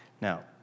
Now